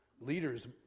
leaders